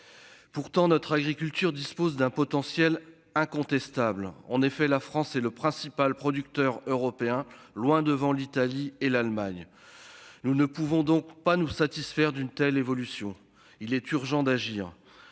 Pourtant notre agriculture dispose d'un potentiel incontestable en effet la France est le principal producteur européen, loin devant l'Italie et l'Allemagne. Nous ne pouvons donc pas nous satisfaire d'une telle évolution. Il est urgent d'agir.